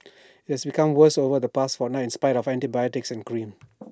IT has become worse over the past fortnight in spite of antibiotics and cream